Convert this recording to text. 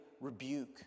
rebuke